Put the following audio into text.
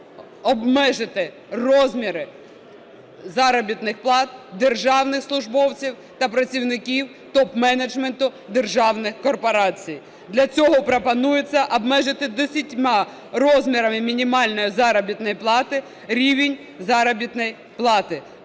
обмежити розміри заробітних плат державних службовців та працівників топ-менеджменту державних корпорацій. Для цього пропонується обмежити десятьма розмірами мінімальної заробітної плати рівень заробітної плати,